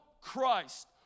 Christ